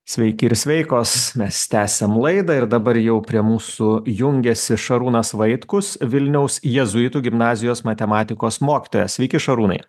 sveiki ir sveikos mes tęsiam laidą ir dabar jau prie mūsų jungiasi šarūnas vaitkus vilniaus jėzuitų gimnazijos matematikos mokytojas sveiki šarūnai